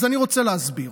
אז אני רוצה להסביר.